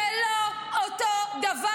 זה לא אותו דבר.